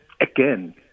again